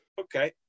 Okay